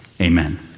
Amen